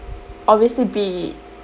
obviously be